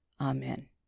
amen